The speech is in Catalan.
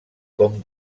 com